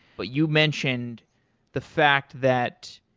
but you mentioned the fact that